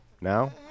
Now